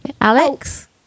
Alex